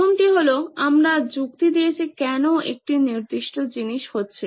প্রথমটি হলো আমরা যুক্তি দিয়েছি কেন একটি নির্দিষ্ট জিনিস হচ্ছে